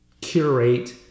curate